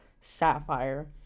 Sapphire